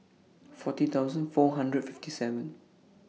forty thousand four hundred fifty seven